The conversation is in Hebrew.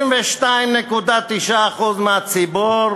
52.9% מהציבור